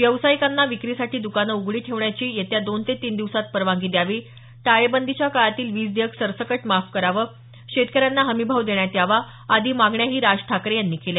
व्यावसायिकांना विक्रीसाठी द्कानं उघडी ठेवण्याची येत्या दोन ते तीन दिवसात परवानगी द्यावी टाळेबंदीच्या काळातील वीज देयक सरसकट माफ करावं शेतकऱ्यांना हमी भाव देण्यात यावा आदी मागण्याही ठाकरे यांनी केल्या